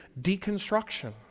deconstruction